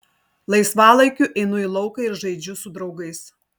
laisvalaikiu einu į lauką ir žaidžiu su draugais